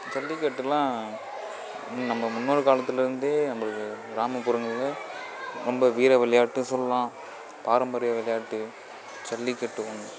ஜல்லிக்கட்டெல்லாம் நம்ம முன்னோர் காலத்துலிருந்தே நம்மளுக்கு கிராமப்புறங்களில் நம்ம வீர விளையாட்டு சொல்லலாம் பாரம்பரிய விளையாட்டு ஜல்லிக்கட்டு ஒன்று